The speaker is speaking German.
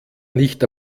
nicht